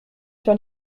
sur